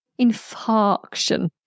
Infarction